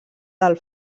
del